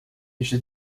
déjà